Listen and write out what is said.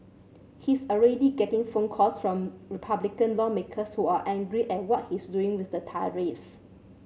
he's already getting phone calls from Republican lawmakers who are angry at what he's doing with the tariffs